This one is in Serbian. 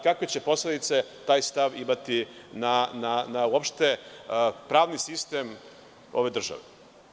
Kakve će posledice taj stav imati uopšte na pravni sistem ove države?